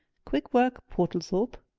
quick work, portlethorpe.